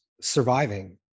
surviving